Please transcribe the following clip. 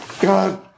God